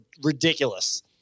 ridiculous